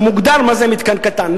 כשמוגדר מה זה מתקן קטן,